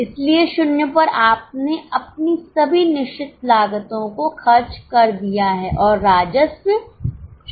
इसलिए 0 पर आपने अपनी सभी निश्चित लागतों को खर्च कर दिया है और राजस्व 0 है